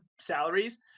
salaries